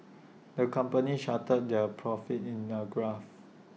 the company charted their profits in A graph